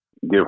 give